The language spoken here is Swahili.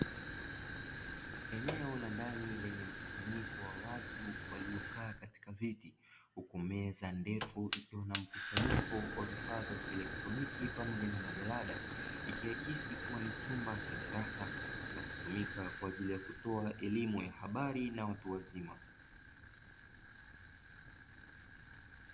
Eneo la ndani lenye mkusanyiko wa watu waliokaa katika viti huku meza ndefu ikiwa na mkusanyiko wa vifaa vya kielektroniki pamoja na majalada, ikiakisi kua ni chumba cha darasa kinachotumika kwa ajili ya kutoa elimu ya habari na watu wazima.